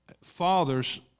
fathers